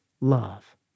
love